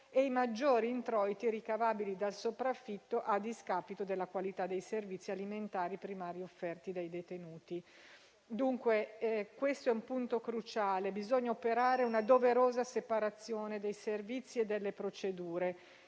e i maggior introiti ricavabili dal sopravvitto a discapito della qualità dei servizi alimentari primari offerti ai detenuti». Dunque, questo è un punto cruciale: bisogna operare una doverosa separazione dei servizi e delle procedure.